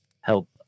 help